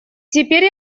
теперь